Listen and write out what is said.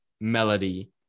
melody